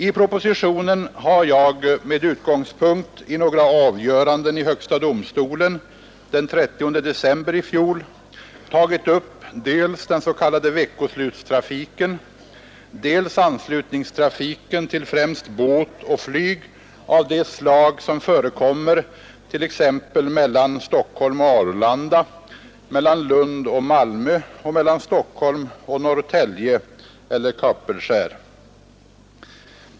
I propositionen har jag, med utgångspunkt i några avgöranden i högsta domstolen den 30 december i fjol, tagit upp dels den s.k. veckoslutstrafiken, dels anslutningstrafiken till främst båt och flyg av det slag som förekommer t.ex. mellan Stockholm och Arlanda, mellan Lund och Malmö och mellan Stockholm och Norrtälje eller Kapellskär.